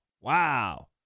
Wow